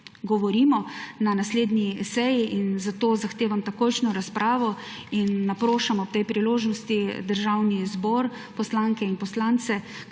govorimo na naslednji seji. Zato zahtevam takojšnjo razpravo in naprošam ob tej priložnosti Državni zbor, poslanke in poslance,